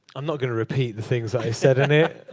i'm not going to repeat the things i said in it.